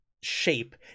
shape